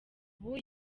ubu